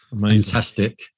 Fantastic